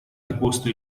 deposto